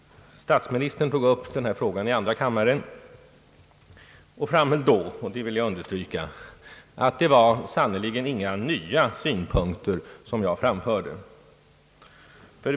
Statsministern tog upp denna fråga i andra kammaren och framhöll — det vill jag understryka — att det sannerligen inte var några nya synpunkter som jag framfört.